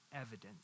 evidence